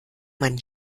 mein